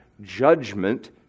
judgment